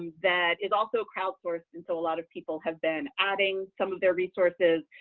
um that is also crowd-sourced, and so a lot of people have been adding some of their resources.